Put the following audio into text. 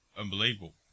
unbelievable